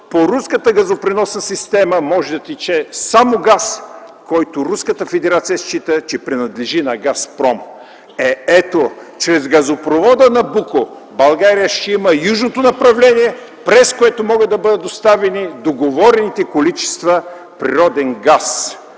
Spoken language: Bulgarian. по руската газопреносна система може да тече само газ, който Руската федерация счита, че принадлежи на „Газпром”. Ето, чрез газопровода „Набуко” България ще има южното направление, през което могат да бъдат доставени договорените количества природен газ!